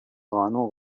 قانون